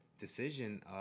decision